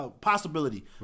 Possibility